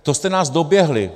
To jste nás doběhli.